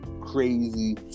crazy